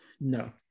No